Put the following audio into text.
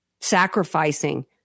Sacrificing